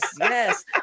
Yes